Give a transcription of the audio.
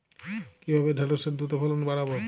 কিভাবে ঢেঁড়সের দ্রুত ফলন বাড়াব?